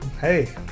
Hey